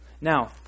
Now